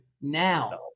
now